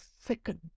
second